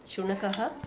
शुनकः